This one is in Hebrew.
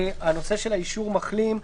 נושא של אישור מחלים.